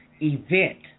event